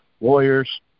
lawyers